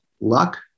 luck